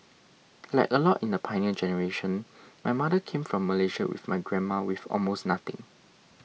like a lot in the Pioneer Generation my mother came from Malaysia with my grandma with almost nothing